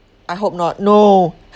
I hope not no